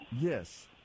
Yes